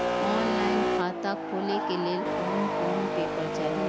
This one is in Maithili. ऑनलाइन खाता खोले के लेल कोन कोन पेपर चाही?